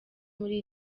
muri